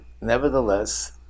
nevertheless